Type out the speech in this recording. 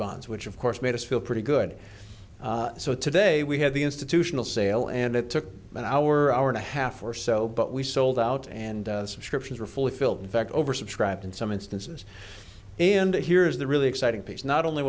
bonds which of course made us feel pretty good so today we had the institutional sale and it took an hour hour and a half or so but we sold out and subscriptions were fulfilled in fact oversubscribed in some instances and here's the really exciting piece not only